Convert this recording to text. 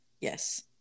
Yes